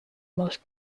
most